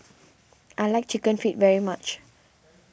I like Chicken Feet very much